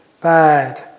bad